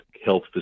health